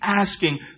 asking